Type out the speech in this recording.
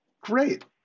Great